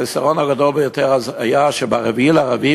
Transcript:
החיסרון הגדול ביותר היה שב-4 באפריל,